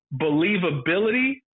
believability